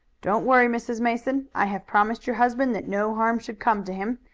don't worry, mrs. mason. i have promised your husband that no harm should come to him,